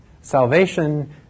Salvation